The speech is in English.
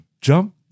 jump